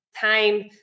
time